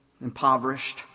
impoverished